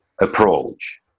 approach